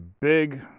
big